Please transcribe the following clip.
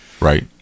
Right